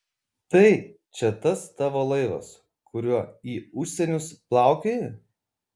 tai čia tas tavo laivas kuriuo į užsienius plaukioji